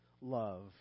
love